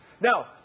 Now